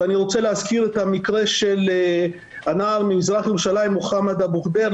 ואני רוצה להזכיר את המקרה של הנער ממזרח ירושלים מוחמד אבו ח'דיר.